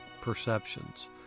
perceptions